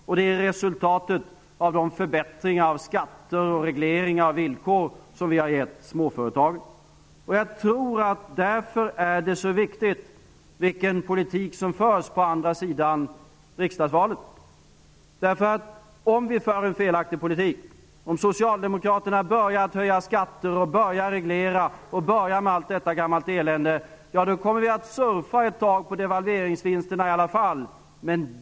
Det är resultatet av de förbättringar som vi har gjort för småföretagen i fråga om skatter och regleringar av villkor. Därför tror jag att det är så viktigt vilken politik som kommer att föras på den andra sidan om riksdagsvalet. Om det förs en felaktig politik -- om Socialdemokraterna börjar med allt detta elände som att höja skatter och reglera -- kommer Sverige ändå att surfa ett tag på devalveringsvinsternas vågor.